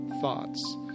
thoughts